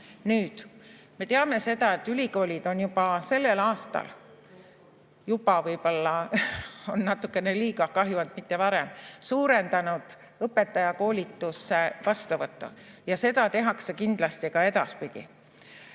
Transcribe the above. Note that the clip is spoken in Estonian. Nüüd, me teame seda, et ülikoolid on juba sellel aastal – "juba" võib-olla on natukene [vale], kahju, et mitte varem – suurendanud õpetajakoolitusse vastuvõttu ja seda tehakse kindlasti ka edaspidi.